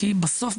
כי בסוף,